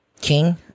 king